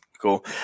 Cool